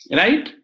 right